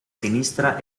sinistra